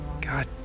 God